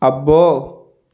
అబ్బో